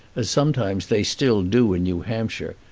as sometimes they still do in new hampshire,